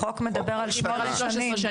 החוק מדבר על שמונה שנים.